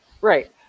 right